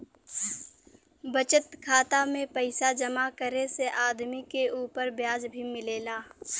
बचत खाता में पइसा जमा करे से आदमी के उपर ब्याज भी मिलेला